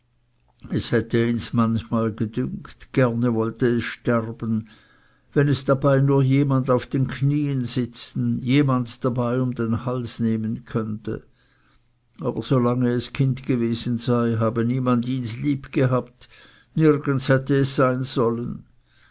es hätte ihns manchmal gedünkt gerne wollte es sterben wenn es nur dabei jemand auf den knien sitzen jemand dabei um den hals nehmen könnte aber solange es kind gewesen sei habe niemand ihns lieb gehabt nirgends hätte es sein sollen